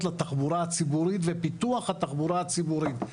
לתחבורה הציבורית ופיתוח התחבורה הציבורית.